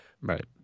Right